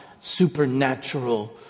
supernatural